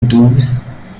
doubs